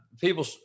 people